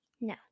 No